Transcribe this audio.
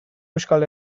euskal